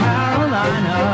Carolina